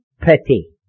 pity